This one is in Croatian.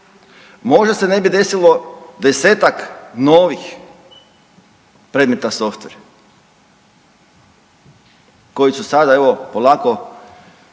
možda se ne bi desilo 10-tak novih predmeta softver koji su sada evo polako